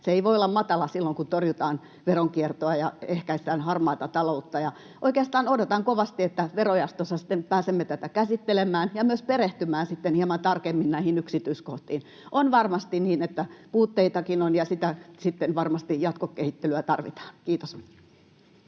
Se ei voi olla matala silloin, kun torjutaan veronkiertoa ja ehkäistään harmaata taloutta. Oikeastaan odotan kovasti, että verojaostossa pääsemme tätä käsittelemään ja myös perehtymään sitten hieman tarkemmin näihin yksityiskohtiin. On varmasti niin, että puutteitakin on, ja sitten varmasti jatkokehittelyä tarvitaan. — Kiitos.